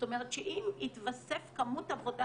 זאת אומרת שאם התווספה כמות עבודה